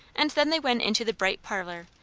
and then they went into the bright parlour,